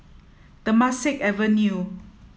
Temasek Avenue